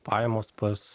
pajamos pas